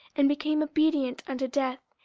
and became obedient unto death,